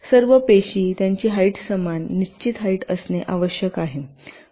सर्व पेशी त्यांची हाईट समान निश्चित हाईट असणे आवश्यक आहे